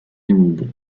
humides